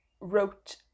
wrote